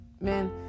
man